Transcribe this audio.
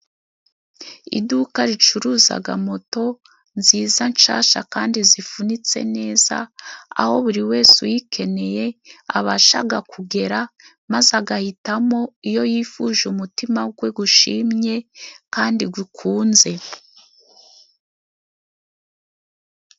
Iduka ricuruzaga moto nziza nshasha kandi zifunitse neza aho buri wese uyikeneye abashaga kugera maze agahitamo iyo yifuje umutima gwe gushimye kandi gukunze.